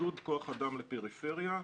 כוח אדם לפריפריה.